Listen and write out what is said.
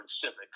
civics